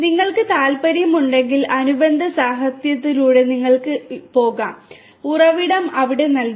നിങ്ങൾക്ക് താൽപ്പര്യമുണ്ടെങ്കിൽ അനുബന്ധ സാഹിത്യത്തിലൂടെ നിങ്ങൾക്ക് പോകാം ഉറവിടം ഇവിടെ നൽകിയിരിക്കുന്നു